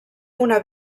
una